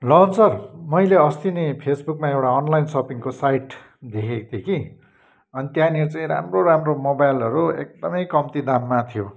लवन sir मैले अस्ति नै फेसबुकमा एउटा अनलाइन सपिङको साइट देखेको थिएँ कि अनि त्यहाँनिर चाहिँ राम्रो राम्रो मोबाइलहरू एकदमै कम्ती दाममा थियो